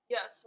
Yes